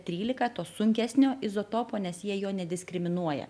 trylika to sunkesnio izotopo nes jie jo nediskriminuoja